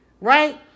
right